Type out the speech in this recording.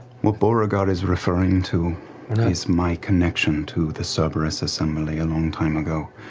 what beauregard is referring to is my connection to the so cerberus assembly a long time ago.